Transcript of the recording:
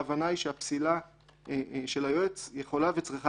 ההבנה היא שהפסילה של היועץ יכולה וצריכה